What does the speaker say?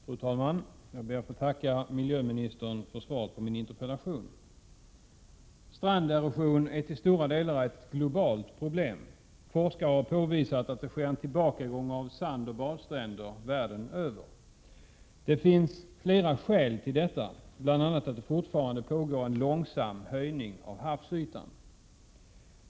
Fru talman! Jag ber att få tacka miljöministern för svaret på min interpellation. Stranderosion är till stora delar ett globalt problem. Forskare har påvisat att det sker en tillbakagång av sandoch badstränder över hela världen . Det finns flera skäl till detta, bl.a. att det fortfarande pågår en långsam höjning av havsytan.